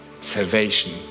salvation